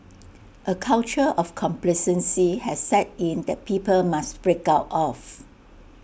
A culture of complacency has set in that people must break out of